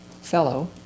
fellow